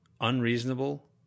unreasonable